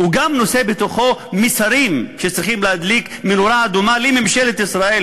הוא גם נושא בתוכו מסרים שצריכים להדליק נורה אדומה לממשלת ישראל,